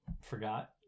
forgot